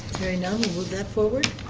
hearing none we'll move that forward.